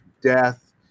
death